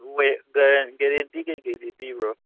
guarantee ꯀꯔꯤ ꯀꯔꯤꯗꯤ ꯄꯤꯕ꯭ꯔꯣ